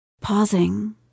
Pausing